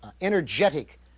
energetic